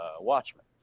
Watchmen